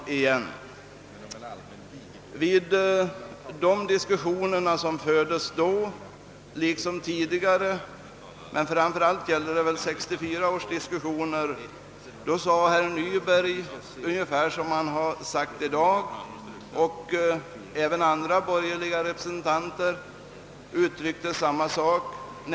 Vid de diskussioner som fördes då liksom tidigare — framför allt gäller detta 1964 års diskussioner — sade herr Nyberg ungefär vad han sade i dag, och även andra borgerliga representanter uttryckte samma sak.